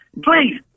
Please